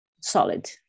solid